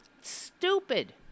stupid